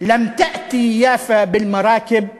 להלן תרגומם: ליפו לא היו מגיעים בספינות,